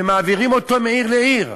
ומעבירים אותו מעיר לעיר,